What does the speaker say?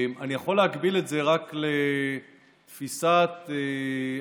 אני יכול להקביל את זה רק לתפיסת השמיים,